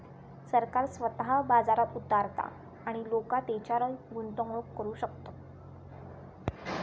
सरकार स्वतः बाजारात उतारता आणि लोका तेच्यारय गुंतवणूक करू शकतत